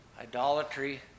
idolatry